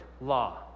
law